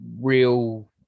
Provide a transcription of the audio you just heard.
real